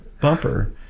bumper